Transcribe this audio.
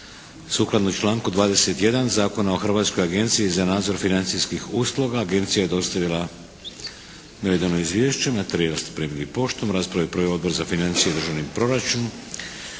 Sukladno članku 21. Zakona o Hrvatskoj agenciji za nadzor financijskih usluga agencija je dostavila navedeno izvješće. Materijal ste primili poštom. Raspravu je proveo Odbor za financije i državni proračun.